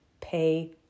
pay